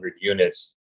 units